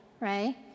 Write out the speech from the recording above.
right